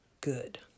good